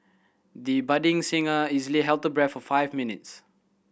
the budding singer easily held the breath for five minutes